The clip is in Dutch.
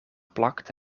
plakte